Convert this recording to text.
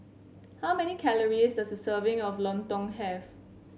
how many calories does a serving of Lontong have